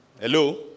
Hello